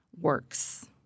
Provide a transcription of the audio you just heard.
works